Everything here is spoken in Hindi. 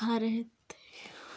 सुखा रहे थे